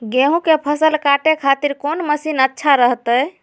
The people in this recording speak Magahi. गेहूं के फसल काटे खातिर कौन मसीन अच्छा रहतय?